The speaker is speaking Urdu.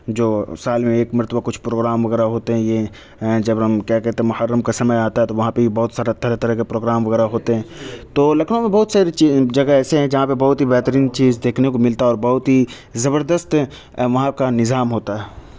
جو سال میں ایک مرتبہ کچھ پروگرام وغیرہ ہوتے ہیں یہ جب ہم کیا کہتے ہے محرم کا سمئے آتا ہے تو وہاں پہ بھی بہت سارا طرح طرح کا پروگرام وغیرہ ہوتے ہیں تو لكھنؤ میں بہت ساری چی جگہ ایسے ہیں جہاں پہ بہت ہی بہترین چیز دیکھنے کو ملتا ہے اور بہت ہی زبردست وہاں کا نظام ہوتا ہے